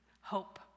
hope